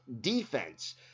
defense